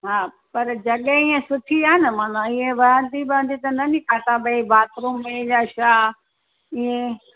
हा पर जॻहि ईअं सुठी आहे न मन ईअं वहंदी वहंदी त नी असां भई बाथरूम में या छा ईअं